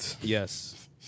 Yes